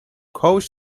coach